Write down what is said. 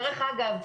דרך אגב,